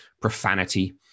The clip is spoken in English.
profanity